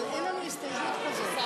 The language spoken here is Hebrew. אבל אין לנו הסתייגות כזאת,